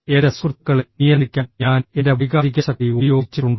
എൻറെ സുഹൃത്തുക്കളെ നിയന്ത്രിക്കാൻ ഞാൻ എൻറെ വൈകാരികശക്തി ഉപയോഗിച്ചിട്ടുണ്ടോ